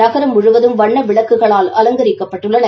நகரம் முழுவதும் வண்ண விளக்குகளால் அலங்கரிக்கப்பட்டுள்ளன